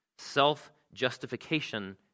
Self-justification